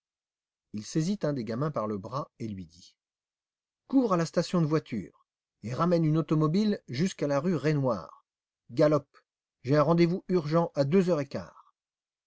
il saisit un des gamins par le bras et lui dit cours à la station de voitures et ramène une automobile jusqu'à la rue raynouard galope j'ai un rendez-vous urgent à deux heures et quart